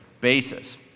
basis